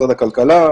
משרד הכלכלה,